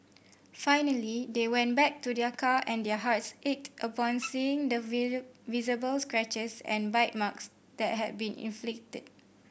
finally they went back to their car and their hearts ached upon seeing the visual visible scratches and bite marks that had been inflicted